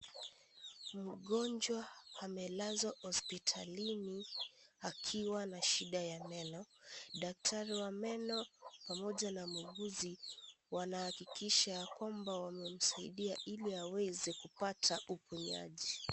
Ni mgonjwa amelazwa hospitalini akiwa na shida ya meno, daktari wa meno pamoja na muuguzi wanahakikisha kwamba wamemsaidia ili aweze kupata uponyaji.